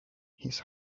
his